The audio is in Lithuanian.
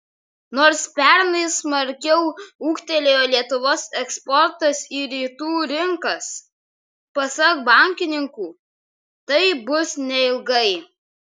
nors pernai smarkiau ūgtelėjo lietuvos eksportas į rytų rinkas pasak bankininkų taip bus neilgai